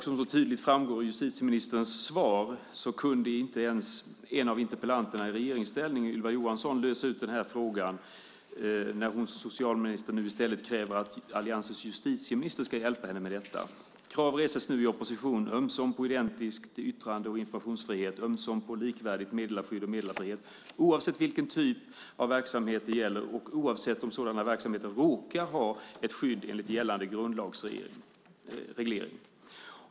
Som så tydligt framgår av ministerns svar kunde inte ens en av interpellanterna i regeringsställning, Ylva Johansson, lösa ut den här frågan när hon, före detta biträdande socialminister, nu i stället kräver att alliansens justitieminister ska hjälpa henne med detta. Krav reses nu i opposition ömsom på identisk yttrande och informationsfrihet, ömsom på likvärdigt meddelarskydd och meddelarfrihet, oavsett vilken typ av verksamhet det gäller och oavsett om sådana verksamheter råkar ha ett skydd enligt gällande grundlagsreglering.